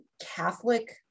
Catholic